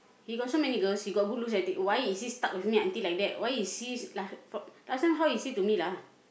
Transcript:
he got so many girls he got good looks everything why is he stuck with me until like that why is he la~ last time how is he to me lah